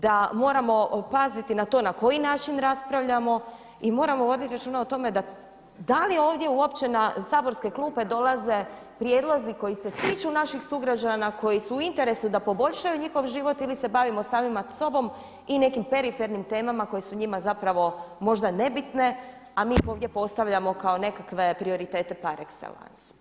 Da moramo paziti na to na koji način raspravljamo i moramo voditi računa o tome da li ovdje uopće na saborske klupe dolaze prijedlozi koji se tiču naših sugrađana, koji su u interesu da poboljšaju njihov život ili se bavimo samima sobom i nekim perifernim temama koje su njima zapravo možda nebitne a mi ih ovdje postavljamo kao nekakve prioritete par excellance.